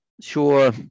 Sure